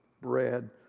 Bread